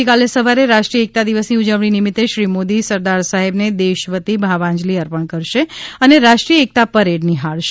આવતીકાલે સવારે રાષ્ટ્રીય એકતા દિવસની ઉજવણી નિમિત્તે શ્રી મોદી સરદાર સાહેબને દેશ વતી ભાવાંજલી અર્પણ કરશે અને રાષ્ટ્રીય એકતા પરેડ નિહાળશે